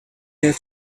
have